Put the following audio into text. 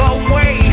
away